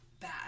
bad